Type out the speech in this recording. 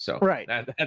right